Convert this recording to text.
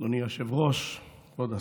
שפחה